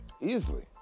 Easily